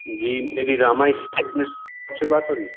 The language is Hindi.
जी मेरी रामा स्टेशनरी शॉप से बात हो रही